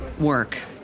work